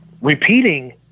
repeating